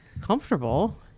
comfortable